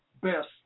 best